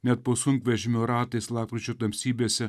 net po sunkvežimio ratais lapkričio tamsybėse